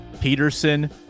Peterson